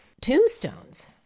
tombstones